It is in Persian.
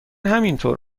همینطور